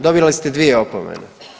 Dobili ste dvije opomene.